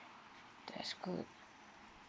that's good